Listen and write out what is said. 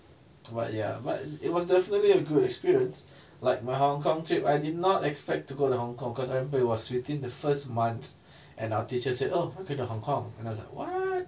but ya but it was definitely a good experience like my hong-kong trip I did not expect to go to hong-kong cause I remember it was within the first month and our teacher said oh we're going to hong-kong and I was like what